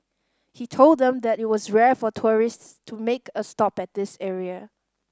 he told them that it was rare for tourists to make a stop at this area